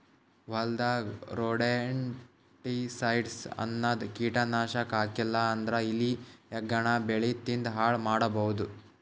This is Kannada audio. ಹೊಲದಾಗ್ ರೊಡೆಂಟಿಸೈಡ್ಸ್ ಅನ್ನದ್ ಕೀಟನಾಶಕ್ ಹಾಕ್ಲಿಲ್ಲಾ ಅಂದ್ರ ಇಲಿ ಹೆಗ್ಗಣ ಬೆಳಿ ತಿಂದ್ ಹಾಳ್ ಮಾಡಬಹುದ್